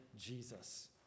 Jesus